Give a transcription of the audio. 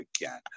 again